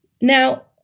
Now